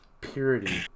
purity